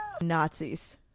Nazis